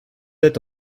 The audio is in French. êtes